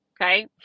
okay